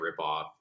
ripoff